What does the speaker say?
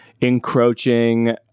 encroaching